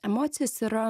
emocijos yra